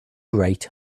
great